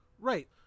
Right